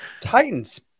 Titans